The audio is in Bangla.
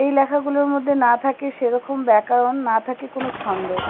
এই লেখাগুলোর মধ্যে না থাকে সেরকম ব্যাকরণ না থাকে কোনো ছন্দ